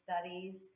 studies